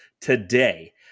Today